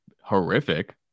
horrific